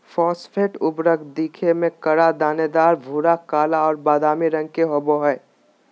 phosphate उर्वरक दिखे में कड़ा, दानेदार, भूरा, काला और बादामी रंग के होबा हइ